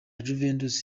juventus